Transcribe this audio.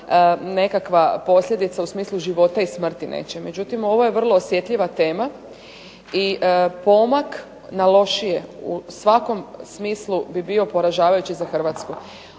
nekakva posljedica u smislu života i smrti nečije. Međutim, ovo je vrlo osjetljiva tema i pomak na lošije u svakom smislu bi bio poražavajući za Hrvatsku.